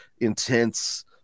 intense